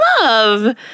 love